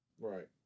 Right